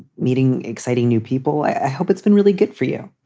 meeting exciting new people. i hope it's been really good for you.